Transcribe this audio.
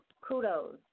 kudos